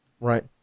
Right